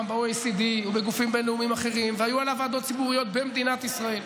ב-OECD ובגופים בין-לאומיים אחרים והיו עליו ועדות ציבוריות במדינת ישראל: